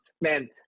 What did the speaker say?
Man